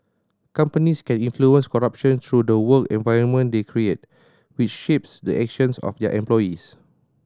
companies can influence corruption through the work environment they create which shapes the actions of their employees